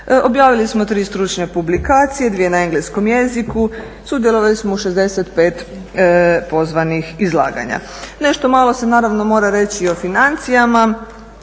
Objavili smo 3 stručne publikacije, dvije na engleskom jeziku, sudjelovali smo u 65 pozvanih izlaganja. Nešto malo se naravno mora reći i o financijama.